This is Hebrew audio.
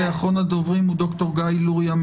ד"ר גיא לוריא,